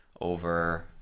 over